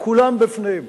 כולם בפנים,